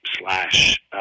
slash